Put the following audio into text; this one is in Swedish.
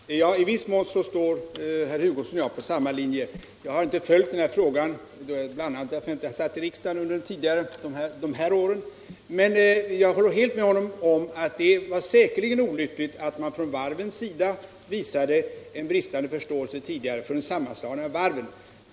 Herr talman! I viss mån står herr Hugosson och jag på samma linje. Jag har inte så länge följt den här frågan, bl.a. därför att jag inte satt i riksdagen under dessa år. Men jag håller helt med honom om att det säkerligen var olyckligt att man från varvens sida tidigare visade bristande förståelse för en sammanslagning.